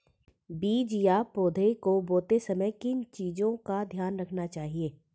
बीज या पौधे को बोते समय किन चीज़ों का ध्यान रखना चाहिए?